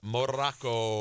Morocco